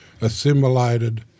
assimilated